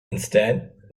instead